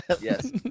Yes